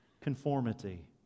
conformity